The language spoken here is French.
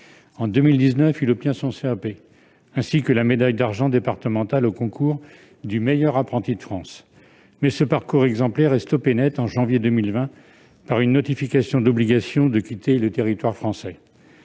En 2019, il obtient son CAP, ainsi que la médaille d'argent départementale au concours du meilleur apprenti de France. Toutefois, ce parcours exemplaire est arrêté net en janvier 2020 par une notification d'obligation de quitter le territoire français